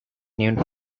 named